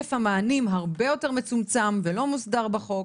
היקף המענים הרבה יותר מצומצם ולא מוסדר בחוק